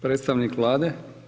Predstavnik Vlade?